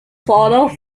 photo